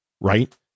right